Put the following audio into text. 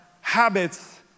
habits